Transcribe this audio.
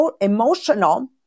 emotional